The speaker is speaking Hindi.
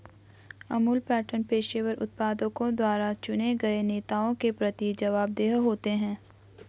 अमूल पैटर्न पेशेवर उत्पादकों द्वारा चुने गए नेताओं के प्रति जवाबदेह होते हैं